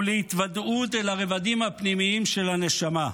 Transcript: ולהתוודעות אל הרבדים הפנימיים של הנשמה,